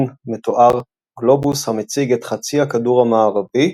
מתואר גלובוס המציג את חצי הכדור המערבי,